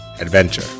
adventure